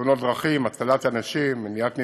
תאונות דרכים, הצלת אנשים, מניעת נפגעים.